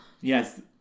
Yes